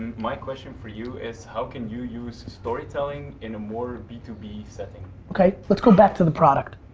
my question for you is how can you use storytelling in a more b two b setting? okay. let's go back to the product.